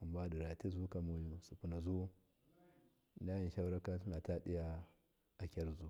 hambaditi zukamoyu diyam sauraka tlinadi diya agyarzu.